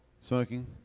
smoking